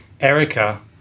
Erica